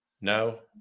No